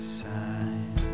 sign